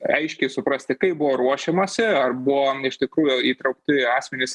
aiškiai suprasti kaip buvo ruošiamasi ar buvom iš tikrųjų įtraukti asmenys